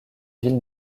ville